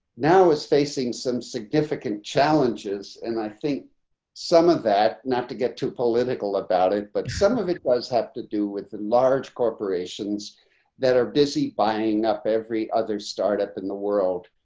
now is facing some significant challenges. and i think some of that not to get too political about it, but some of it was had to do with large corporations that are busy buying up every other startup in the world,